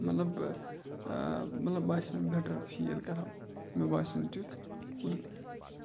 مطلب مطلب باسہِ مےٚ بیٚٹَر فیٖل کَرٕہا مےٚ باسیو نہٕ تیُتھ کِہیٖنۍ